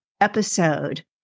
episode